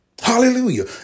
Hallelujah